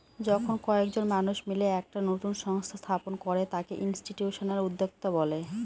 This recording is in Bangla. যখন কয়েকজন মানুষ মিলে একটা নতুন সংস্থা স্থাপন করে তাকে ইনস্টিটিউশনাল উদ্যোক্তা বলে